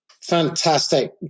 Fantastic